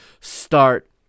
start